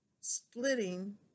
splitting